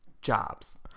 jobs